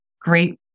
great